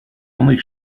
only